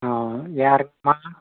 யாருக்குமா